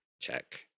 check